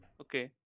Okay